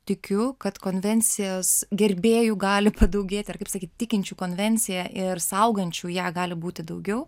tikiu kad konvencijos gerbėjų gali padaugėti ir kaip sakyt tikinčių konvencija ir saugančių ją gali būti daugiau